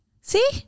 See